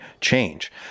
change